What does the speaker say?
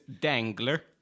dangler